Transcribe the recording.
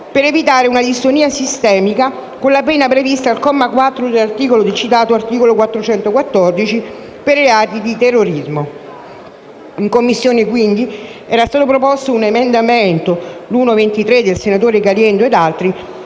per evitare una distonia sistemica con la pena prevista al comma 4 del citato articolo 414 per i reati di terrorismo. In Commissione quindi, era stato proposto un emendamento (l'emendamento 1.23,